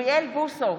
אוריאל בוסו,